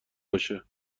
باشه